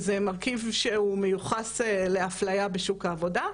זה מרכיב שהוא מיוחס לאפליה בשוק העבודה,